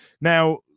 Now